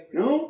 no